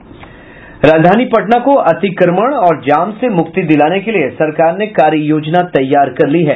राजधानी पटना को अतिक्रमण और जाम से मुक्ति दिलाने के लिये सरकार ने कार्य योजना तैयार की है